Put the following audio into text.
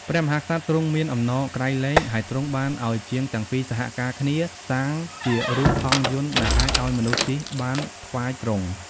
ព្រះមហាក្សត្រទ្រង់មានអំណរក្រៃលែង ហើយទ្រង់បានឱ្យជាងទាំងពីរសហការគ្នាសាងជារូបហង្សយន្តដែលអាចឱ្យមនុស្សជិះបានថ្វាយទ្រង់។